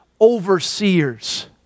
overseers